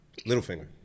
Littlefinger